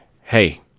hey